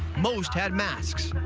most had masks.